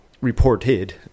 reported